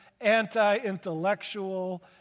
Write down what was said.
anti-intellectual